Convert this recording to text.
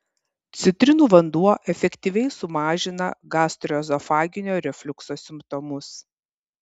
citrinų vanduo efektyviai sumažina gastroezofaginio refliukso simptomus